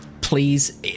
please